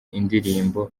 indirimbo